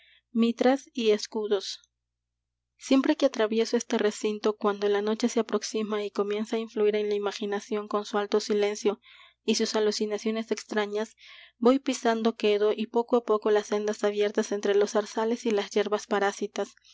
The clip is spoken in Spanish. mitras y escudos siempre que atravieso este recinto cuando la noche se aproxima y comienza á influir en la imaginación con su alto silencio y sus alucinaciones extrañas voy pisando quedo y poco á poco las sendas abiertas entre los zarzales y las yerbas parásitas